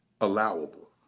allowable